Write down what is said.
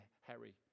Harry